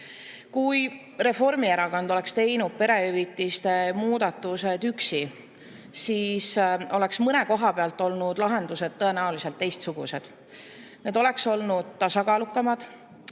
Kui Reformierakond oleks teinud perehüvitiste muudatused üksi, siis oleks mõne koha peal olnud lahendused tõenäoliselt teistsugused. Need oleks olnud tasakaalukamad